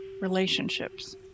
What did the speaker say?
relationships